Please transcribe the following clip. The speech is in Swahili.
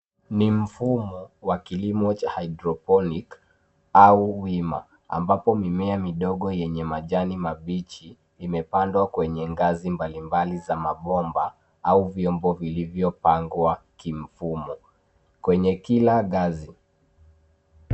Ni mfumo wa kilimo cha hydrophonic au wima ambapo mimea midogo yenye majani mabichi imepandwa kwenye gazi mbalimbali za mabomba au vyombo vilivyo pangwa kimfumo kwenye kila gazi.